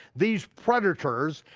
these predators,